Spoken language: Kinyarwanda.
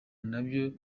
nabyo